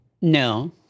No